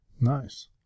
Nice